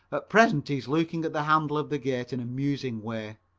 at present he's looking at the handle of the gate in a musing way.